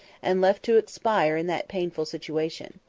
and left to expire in that painful situation.